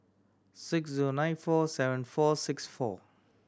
six zero nine four seven four six four